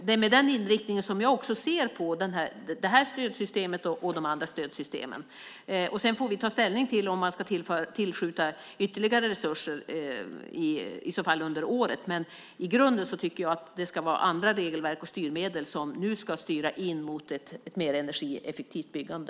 Det är med den inriktningen jag ser på detta och de andra stödsystemen. Sedan får vi ta ställning till om vi ska tillskjuta ytterligare resurser under året. I grunden tycker jag emellertid att det nu är andra regelverk och styrmedel som ska styra mot ett mer energieffektivt byggande.